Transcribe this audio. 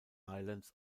islands